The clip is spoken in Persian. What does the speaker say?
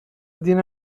دین